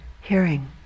hearing